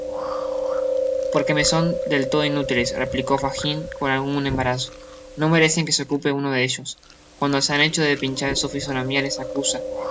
porque me son del lodo inútiles replicó fagin con algun embarazo no merecen que se ocupe uno de ellos cuan jo se han hecho pinchar su fisonomia ies